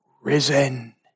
risen